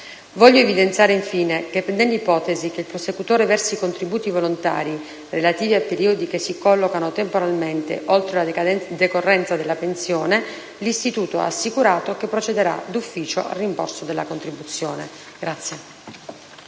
Voglio evidenziare, infine, che nell'ipotesi che il prosecutore versi contributi volontari relativi a periodi che si collocano temporalmente oltre la decorrenza della pensione, l'istituto ha assicurato che procederà d'ufficio al rimborso della contribuzione.